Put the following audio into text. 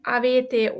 avete